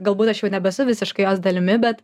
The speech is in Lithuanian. galbūt aš jau nebesu visiškai jos dalimi bet